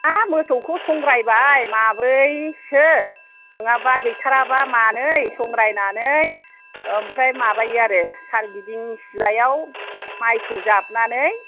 हा मोसौखौ संग्रायबाय माब्रै सो नङाबा गैथाराबा मानै संग्रायनानै ओमफ्राय माबायो आरो सारि गिदिं सिलायाव मायखौ जाबनानै